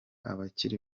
abakiri